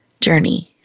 journey